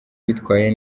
witwaye